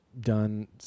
done